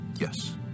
Yes